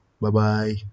Bye-bye